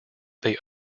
they